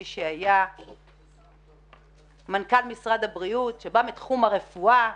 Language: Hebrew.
מי שהיה מנכ"ל משרד הבריאות והוא בא מתחום הרפואה,